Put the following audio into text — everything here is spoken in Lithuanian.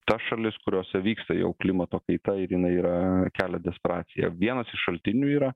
tas šalis kuriose vyksta jau klimato kaita ir jinai yra kelia desperaciją vienas iš šaltinių yra